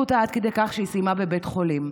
אותה עד כדי כך שהיא סיימה בבית חולים.